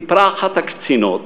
סיפרה אחת הקצינות